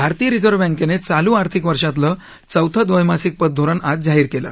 भारतीय रिझर्व्ह बँकेनं चालू आर्थिक वर्षातलं चौथं द्वैमासिक पतधोरण आज जाहीर केलं